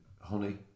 honey